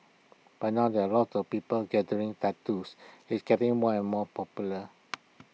but now there are A lot of people gathering tattoos it's getting more and more popular